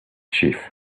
chief